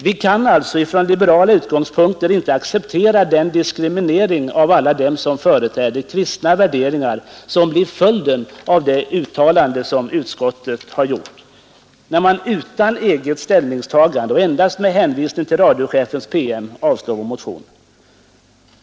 Vi kan alltså från liberala utgångspunkter inte acceptera den diskriminering av alla dem som företräder kristna värderingar, som blir följden av utskottets uttalande när man utan eget ställningstagande och endast med hänvisning till radiochefens PM avslår vår motion.